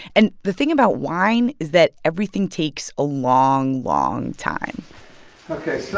and the thing about wine is that everything takes a long, long time ok. so